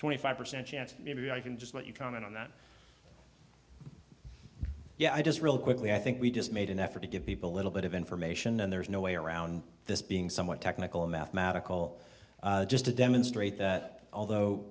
twenty five percent chance maybe i can just let you comment on that yeah i just real quickly i think we just made an effort to give people a little bit of information and there's no way around this being somewhat technical mathematical just to demonstrate that although